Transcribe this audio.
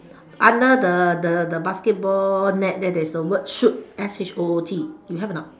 under the the basketball net there there is a word shoot S H O O T you have or not